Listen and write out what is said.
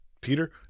Peter